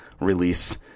release